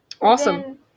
Awesome